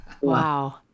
wow